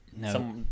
No